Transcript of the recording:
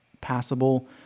passable